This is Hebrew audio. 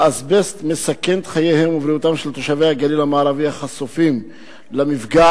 האזבסט מסכן את חייהם ובריאותם של תושבי הגליל המערבי החשופים למפגע,